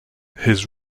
his